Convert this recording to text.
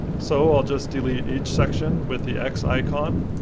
so i'll just delete each section with the x icon,